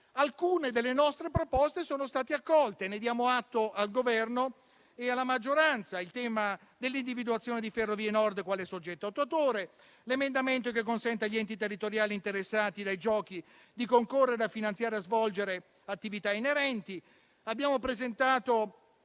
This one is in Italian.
Alcune delle nostre proposte sono state accolte - ne diamo atto al Governo e alla maggioranza - come ad esempio quella sul tema dell'individuazione di Ferrovie Nord quale soggetto attuatore o come l'emendamento che consente agli enti territoriali interessati dai Giochi di concorrere a finanziare e a svolgere attività inerenti. Abbiamo presentato